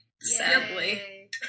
sadly